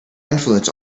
influence